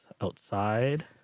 outside